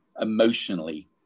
emotionally